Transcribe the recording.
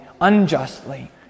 unjustly